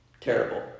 terrible